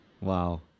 wow